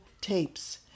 tapes